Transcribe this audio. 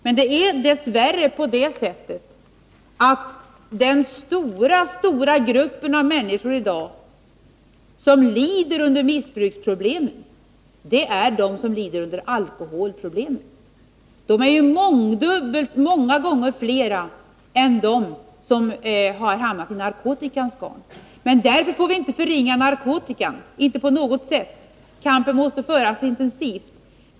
Men det är dess värre så, att den stora gruppen av människor med missbruksproblem i dag är de som har alkoholproblem. De är många gånger flera än de som har hamnat i narkotikans garn. Men därför får vi inte på något sätt förringa narkotikan! Kampen måste föras intensivt.